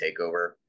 takeover